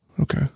Okay